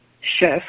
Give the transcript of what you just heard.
chef